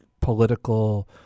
political